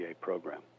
program